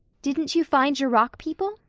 didn't you find your rock people?